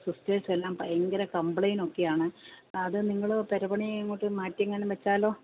സിസ്റ്റേഴ്സെല്ലാം ഭയങ്കര കംപ്ലെയ്ന്റ് ഒക്കെയാണ് അത് നിങ്ങൾ പുര പണി അങ്ങോട്ട് മാറ്റിയെങ്ങാനും വയ്ച്ചാലോ